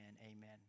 amen